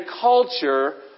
culture